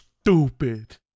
stupid